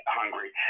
hungry